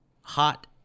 hot